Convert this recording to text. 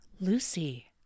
Lucy